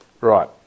right